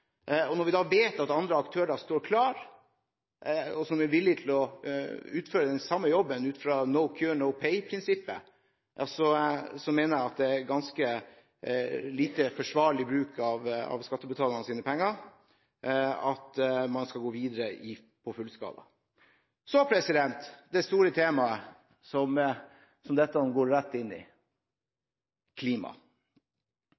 raskt. Når vi vet at andre aktører står klar, og som er villig til å utføre den samme jobben ut fra «no cure, no pay»-prinsippet, mener jeg det er lite forsvarlig bruk av skattebetalernes penger at man skal gå videre med fullskalaanlegget. Så til det store temaet som dette går rett inn i,